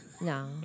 no